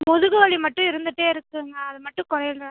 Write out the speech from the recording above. முதுகு வலி மட்டும் இருந்துகிட்டே இருக்குங்க அது மட்டும் குறையல